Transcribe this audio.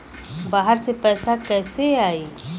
बाहर से पैसा कैसे आई?